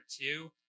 two